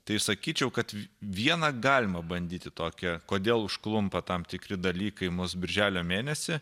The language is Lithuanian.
tai sakyčiau kad vieną galima bandyti tokią kodėl užklumpa tam tikri dalykai mus birželio mėnesį